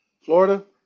Florida